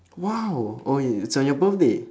!wow! oh it it's on your birthday